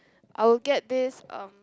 I'll get this um